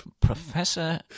Professor